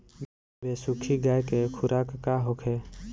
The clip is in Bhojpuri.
बिसुखी गाय के खुराक का होखे?